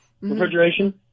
refrigeration